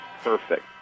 perfect